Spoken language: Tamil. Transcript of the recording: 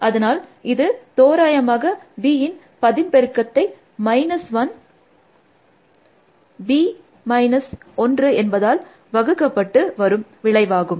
அதனால் இது தோராயமாக bயின் d பதின்பெருக்கத்தை b மைனஸ் 1 b - 1 என்பதால் வகுக்கப்பட்டு வரும் விளைவாகும்